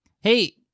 Hey